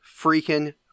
freaking